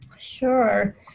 Sure